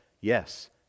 yes